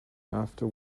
after